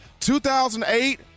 2008